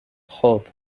خوب